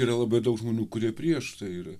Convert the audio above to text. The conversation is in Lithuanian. yra labai daug žmonių kurie prieš tai